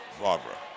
Barbara